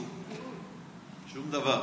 כלום, שום דבר.